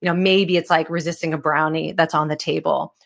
you know maybe it's like resisting a brownie that's on the table.